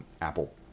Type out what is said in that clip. Apple+